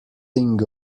thing